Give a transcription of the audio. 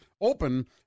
Open